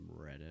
Reddit